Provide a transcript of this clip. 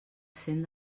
cent